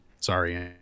Sorry